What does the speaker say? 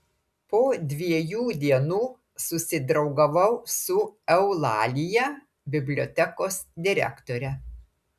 po dviejų dienų susidraugavau su eulalija bibliotekos direktore